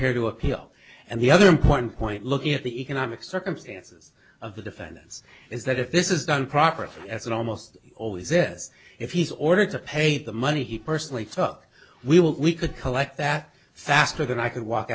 here to appeal and the other important point looking at the economic circumstances of the defendants is that if this is done properly as it almost always is if he's ordered to pay the money he personally talk we will we could collect that faster than i could walk